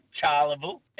Charleville